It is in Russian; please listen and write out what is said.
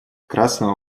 красного